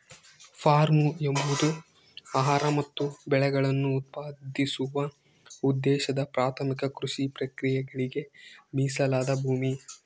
form ಎಂಬುದು ಆಹಾರ ಮತ್ತು ಬೆಳೆಗಳನ್ನು ಉತ್ಪಾದಿಸುವ ಉದ್ದೇಶದ ಪ್ರಾಥಮಿಕ ಕೃಷಿ ಪ್ರಕ್ರಿಯೆಗಳಿಗೆ ಮೀಸಲಾದ ಭೂಮಿ